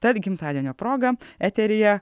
tad gimtadienio proga eteryje